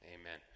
Amen